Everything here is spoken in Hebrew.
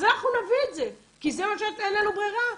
אז אנחנו נביא את זה כי אין לנו ברירה.